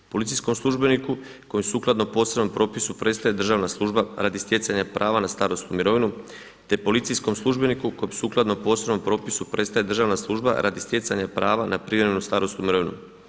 Policijskom službeniku kojem sukladno posebnom propisu prestaje državna služba radi stjecanja prava na starosnu mirovinu te policijskom službeniku kojem sukladno posebnom propisu prestaje državna služba radi stjecanja prava na privremenu starosnu mirovinu.